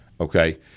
Okay